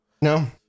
no